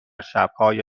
شبهای